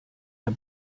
der